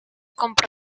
compra